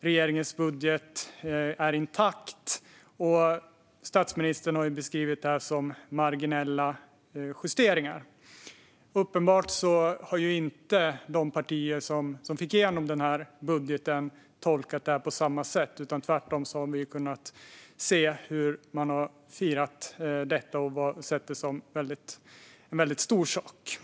regeringens budget är intakt, och statsministern har beskrivit det som marginella justeringar. Uppenbart tolkar de partier som fick igenom sin budget inte det på samma sätt. Tvärtom har de firat och sett det som en stor sak.